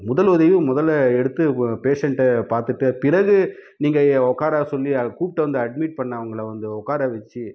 முதல் உதவி முதல்ல எடுத்து ப பேஷண்ட்டை பார்த்துட்ட பிறகு நீங்கள் எ உக்கார சொல்லி அதை கூப்பிட்டு வந்து அட்மிட் பண்ணவங்களை வந்து உக்கார வச்சு